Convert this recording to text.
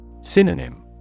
Synonym